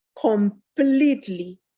completely